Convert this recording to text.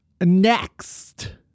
Next